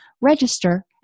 Register